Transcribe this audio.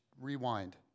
rewind